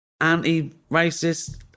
anti-racist